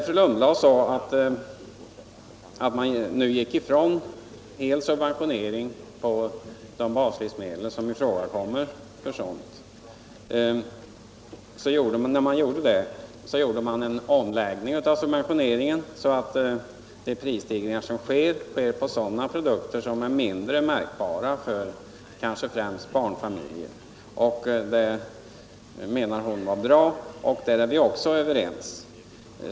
Fru Lundblad sade att man gick ifrån att subventionera hela prisstegringen på de baslivsmedel där subventionering ifrågakommer. Så har man gjort en omställning av subventioneringen, så att de prisstegringar som görs sker på sådana produkter som är mindre märkbara för främst barnfamiljerna. Det menade hon var bra, och där är vi också överens.